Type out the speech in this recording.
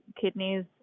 Kidneys